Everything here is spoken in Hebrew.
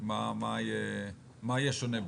מה יהיה שונה בו?